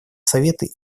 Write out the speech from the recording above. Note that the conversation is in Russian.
советы